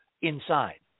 inside